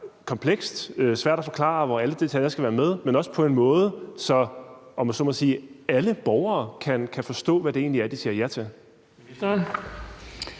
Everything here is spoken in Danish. komplekst og svært at forklare, og hvor alle detaljer skal være med, men også på en måde, så alle borgere, om man så må sige, kan forstå, hvad det egentlig er, de siger ja til.